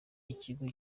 ikigo